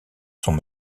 sont